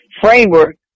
framework